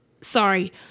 Sorry